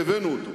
והבאנו אותו.